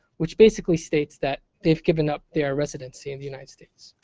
which basically states that they've given up their residency in the united states.